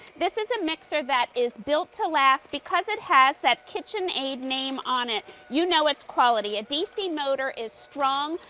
this is a mixer that is built to last because it has that kitchenaid name on it. you know it's quality. a dc motor is strong,